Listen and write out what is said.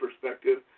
perspective